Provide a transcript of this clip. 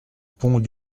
pont